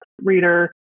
reader